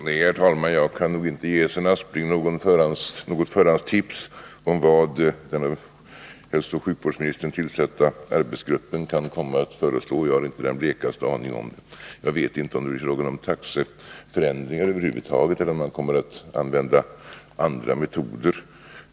Herr talman! Jag kan inte ge Sven Aspling något förhandstips om vad den av hälsooch sjukvårdsministern tillsatta arbetsgruppen kan komma att föreslå. Jag har inte den blekaste aning om det. Jag vet inte om det blir fråga om taxeförändringar över huvud taget eller om man kommer att använda andra metoder.